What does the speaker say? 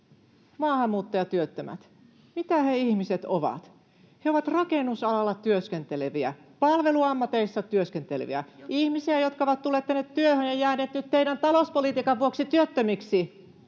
maahanmuuttajatyöttömät. Mitä ne ihmiset ovat? He ovat rakennusalalla työskenteleviä, palveluammateissa työskenteleviä, ihmisiä, jotka ovat tulleet tänne työhön ja jääneet nyt teidän talouspolitiikkanne vuoksi työttömiksi.